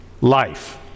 life